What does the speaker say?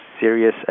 serious